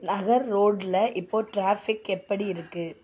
நகர் ரோட்டில் இப்போது ட்ராஃபிக் எப்படி இருக்குது